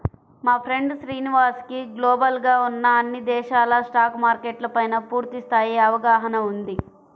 మా ఫ్రెండు శ్రీనివాస్ కి గ్లోబల్ గా ఉన్న అన్ని దేశాల స్టాక్ మార్కెట్ల పైనా పూర్తి స్థాయి అవగాహన ఉంది